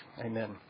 amen